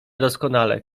doskonale